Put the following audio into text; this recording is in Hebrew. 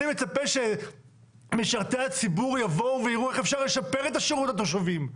אני מצפה שמשרתי הציבור יבואו ויראו איך אפשר לשפר את השירות לתושבים,